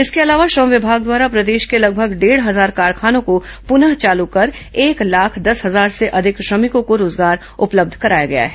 इसके अलावा श्रम विभाग द्वारा प्रदेश के लगमग डेढ हजार कारखानों को पुनः चालू कर एक लाख दस हजार से अधिक श्रमिकों को रोजगार उपलब्ध कराया गया है